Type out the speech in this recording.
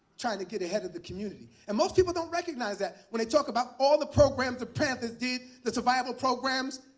trying to get ahead of the community. and most people don't recognize that. when they talk about all the programs the panthers did the survival programs.